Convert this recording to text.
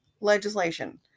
legislation